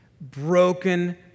broken